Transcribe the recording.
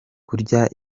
kurya